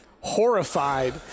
horrified